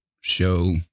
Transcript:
show